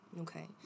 Okay